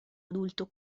adulto